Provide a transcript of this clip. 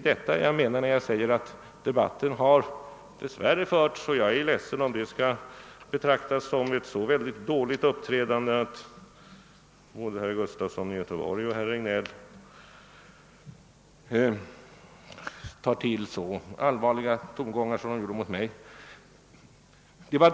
detta jag avsåg när jag sade att debatten dess värre har förts med alltför enkla slagord. Jag är ledsen om detta uttalande kan betraktas som ett så dåligt uppträdande att både herr Gustafson i Göteborg och herr Regnéll fann det nödvändigt att ta till så allvarliga tongångar som de gjorde mot mig.